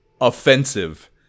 offensive